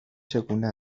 چگونه